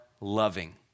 loving